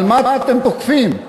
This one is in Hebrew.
על מה אתם תוקפים?